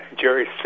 Jerry